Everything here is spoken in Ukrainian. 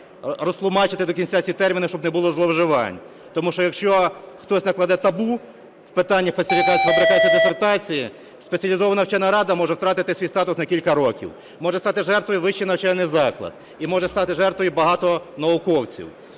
розтлумачити до кінця ці терміни, щоб не було зловживань. Тому що якщо хтось накладе табу в питаннях фальсифікації, фабрикації дисертації, спеціалізована вчена рада може втратити свій статус на кілька років. Може стати жертвою вищий навчальний заклад, і можуть стати жертвою багато науковців.